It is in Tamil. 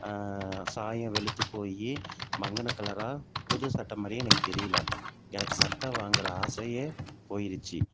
சாயம் வெளுத்துப் போய் மங்கின கலராக புது சட்டை மாதிரியே எனக்கு தெரியல எனக்கு சட்டை வாங்குகிற ஆசையே போய்டுச்சி